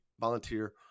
volunteer